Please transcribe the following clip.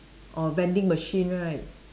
or vending machine right